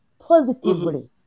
positively